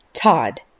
Todd